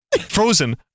frozen